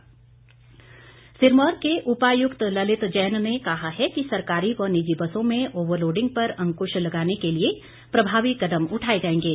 DC Sirmaur Sirmaur के उपायुक्त ललित जैन ने कहा है कि सरकारी व निजी बसों में ओवर लोडिंग पर अंकृश लगाने के लिए प्रभावी कदम उठाए जाएंगे